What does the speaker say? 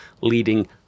leading